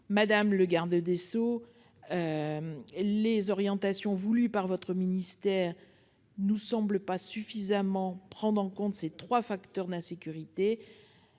Madame le garde des sceaux, les orientations voulues par votre ministère ne nous semblent pas suffisamment prendre en compte ces trois facteurs d'insécurité.